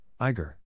Iger